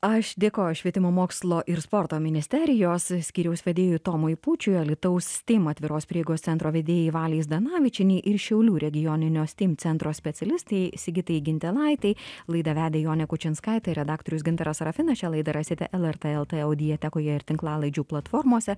aš dėkoju švietimo mokslo ir sporto ministerijos skyriaus vedėjui tomui pūčiui alytaus steam atviros prieigos centro vedėjai valiai zdanavičienei ir šiaulių regioninio steam centro specialistei sigitai gintilaitei laidą vedė jonė kučinskaitė redaktorius gintaras sarafinas šią laidą rasite lrt eel t audiotekoje ir tinklalaidžių platformose